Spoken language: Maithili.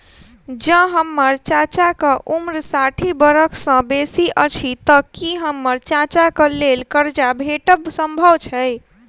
जँ हम्मर चाचाक उम्र साठि बरख सँ बेसी अछि तऽ की हम्मर चाचाक लेल करजा भेटब संभव छै?